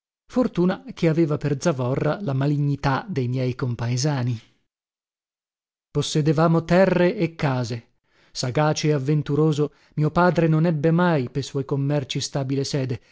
fortuna che aveva per zavorra la malignità de miei compaesani possedevamo terre e case sagace e avventuroso mio padre non ebbe mai pe suoi commerci stabile sede